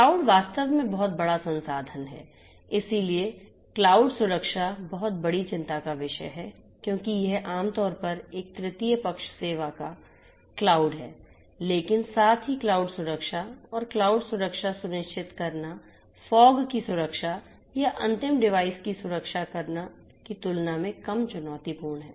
cloud वास्तव में बहुत बड़ा संसाधन है इसलिए क्लाउड सुरक्षा बहुत बड़ी चिंता का विषय है क्योंकि यह आमतौर पर एक तृतीय पक्ष सेवा का क्लाउड है लेकिन साथ ही क्लाउड सुरक्षा और क्लाउड सुरक्षा सुनिश्चित करना फोग की सुरक्षा या अंतिम डिवाइस सुरक्षा की तुलना में कम चुनौती है